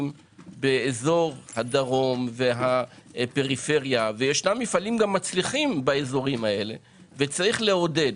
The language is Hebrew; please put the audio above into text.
באזור הדרום והפריפריה ויש מפעלים מצליחים באזורים האלה וי שלעודד.